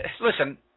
Listen